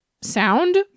sound